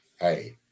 hey